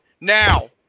Now